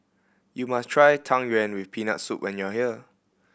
you must try Tang Yuen with Peanut Soup when you are here